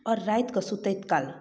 आओर रातिकऽ सुतैत काल